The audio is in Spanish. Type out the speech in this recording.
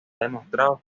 demostrado